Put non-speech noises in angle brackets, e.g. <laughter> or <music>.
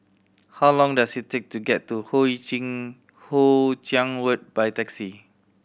how long does it take to get to <unintelligible> Hoe Chiang Road by taxi